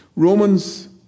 Romans